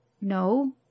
no